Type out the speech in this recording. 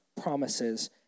promises